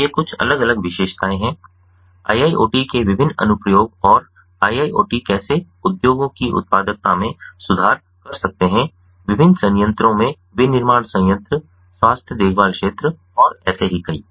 तो ये कुछ अलग विशेषताएं हैं IIoT के विभिन्न अनुप्रयोग और IIoT कैसे उद्योगों की उत्पादकता में सुधार कर सकते हैं विभिन्न संयंत्रों में विनिर्माण संयंत्र स्वास्थ्य देखभाल क्षेत्र और ऐसे ही कई